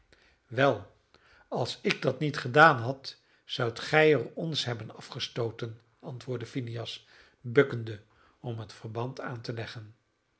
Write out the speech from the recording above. wel als ik dat niet gedaan had zoudt gij er ons hebben afgestooten antwoordde phineas bukkende om het verband aan te leggen